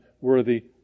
worthy